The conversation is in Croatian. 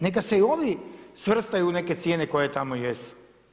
Neka se i ovi svrstaju u neke cijene koje tamo jesu.